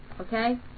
Okay